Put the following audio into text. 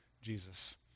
Jesus